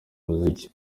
muziki